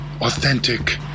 authentic